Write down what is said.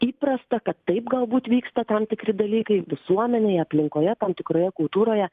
įprasta kad taip galbūt vyksta tam tikri dalykai visuomenėje aplinkoje tam tikroje kultūroje